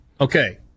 okay